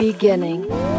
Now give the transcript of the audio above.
Beginning